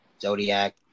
zodiac